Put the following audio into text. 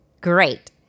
Great